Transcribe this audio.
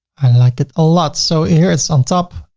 i like it a lot. so here it's on top.